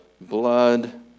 blood